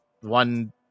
one